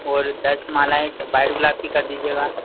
और दस मालाएं व्हाइट गुलाब की कर दीजिएगा